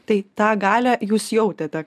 tai tą galią jūs jautėte